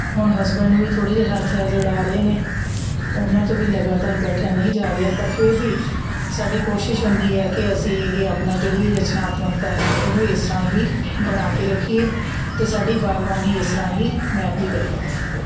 ਹੁਣ ਹਸਬੈਂਡ ਨੂੰ ਵੀ ਥੋੜ੍ਹੇ ਜਿਹੇ ਹੈਲਥ ਹੈਜਡ ਆ ਰਹੇ ਨੇ ਉਹਨਾਂ ਤੋਂ ਵੀ ਲਗਾਤਾਰ ਬੈਠਿਆ ਨਹੀਂ ਜਾ ਰਿਹਾ ਪਰ ਫਿਰ ਵੀ ਸਾਡੀ ਕੋਸ਼ਿਸ਼ ਹੁੰਦੀ ਹੈ ਕਿ ਅਸੀਂ ਇਹ ਆਪਣਾ ਜਿਹੜੀ ਰਚਨਾਤਮਕਤਾ ਹੈ ਇਹ ਇਸ ਤਰ੍ਹਾਂ ਹੀ ਬਣਾ ਕੇ ਰੱਖੀਏ ਅਤੇ ਸਾਡੀ ਬਾਗਵਾਨੀ ਇਸ ਤਰ੍ਹਾਂ ਹੀ ਮਹਿਕਦੀ ਰਹੇ